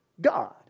God